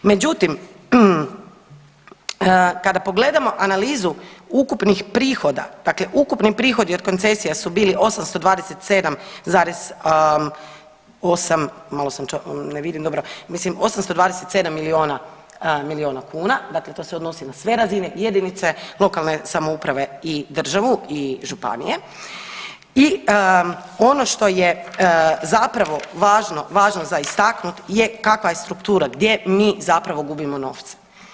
Međutim, kada pogledamo analizu ukupnih prihoda, dakle ukupni prihodi od koncesija su bili 827,8, malo sam, ne vidim dobro, mislimo 827 milijuna kuna, dakle to se odnosi na sve razine, jedinice lokalne samouprave i državu i županije, i ono što je zapravo važno za istaknut je kakva je struktura, gdje mi zapravo gubimo novce.